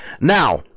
Now